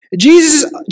Jesus